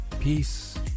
peace